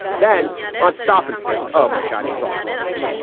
then on stop and frisk. oh, my god. he was awful on this.